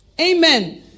Amen